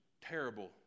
terrible